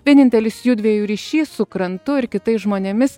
vienintelis jųdviejų ryšys su krantu ir kitais žmonėmis